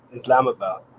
islamabad.